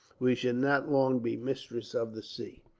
we should not long be mistress of the sea.